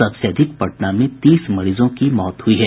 सबसे अधिक पटना में तीस मरीजों की मौत हुई है